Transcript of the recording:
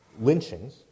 lynchings